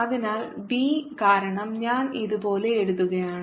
അതിനാൽ ബി കാരണം ഞാൻ ഇത് പോലെ എഴുതുകയാണ്